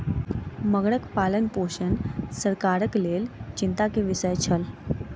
मगरक पालनपोषण सरकारक लेल चिंता के विषय छल